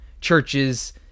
churches